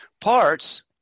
parts